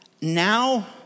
Now